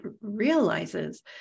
realizes